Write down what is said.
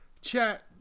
chat